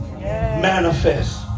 Manifest